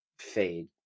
fade